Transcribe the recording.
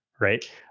Right